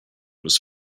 was